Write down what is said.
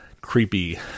creepy